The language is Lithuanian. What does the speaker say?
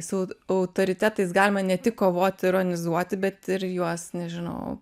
su autoritetais galima ne tik kovoti ironizuoti bet ir juos nežinau